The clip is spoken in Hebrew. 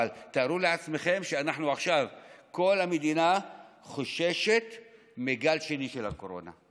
אבל תארו לעצמכם שעכשיו כל המדינה חוששת מגל שני של הקורונה,